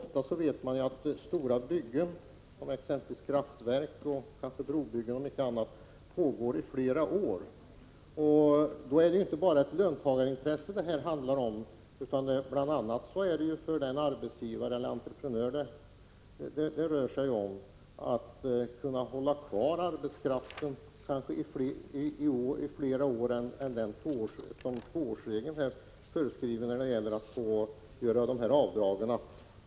Ofta är det fråga om stora byggen — exempelvis kraftverksoch brobyggen — som pågår i flera år. Då handlar det inte bara om ett löntagarintresse. Det gäller också för arbetsgivaren eller entreprenören att hålla kvar arbetskraften i kanske flera år och längre än den tvåårsperiod som gäller för avdragen.